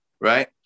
right